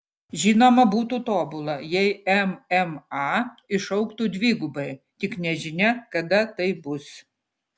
žinoma būtų tobula jei mma išaugtų dvigubai tik nežinia kada tai bus